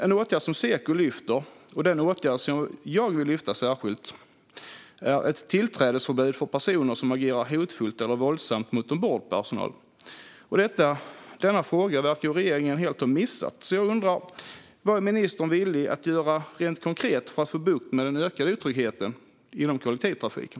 En åtgärd som Seko lyfter fram och den åtgärd som jag särskilt vill lyfta fram är tillträdesförbud för personer som har agerat hotfullt eller våldsamt mot ombordpersonal. Denna fråga verkar regeringen helt ha missat. Jag undrar därför vad ministern är villig att göra rent konkret för att få bukt med den ökade otryggheten inom kollektivtrafiken.